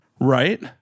Right